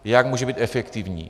Jak může být efektivní?